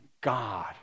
God